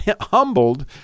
humbled